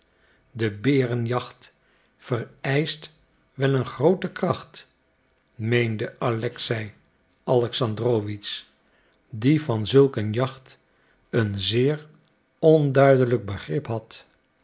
de berenjacht vereischt wel een groote kracht meende alexei alexandrowitsch die van zulk een jacht een zeer onduidelijk begrip had